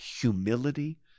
humility